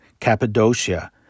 Cappadocia